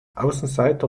außenseiter